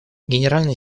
генеральный